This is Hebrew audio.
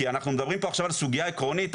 כי אנחנו מדברים פה עכשיו על סוגיה עקרונית,